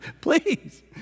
Please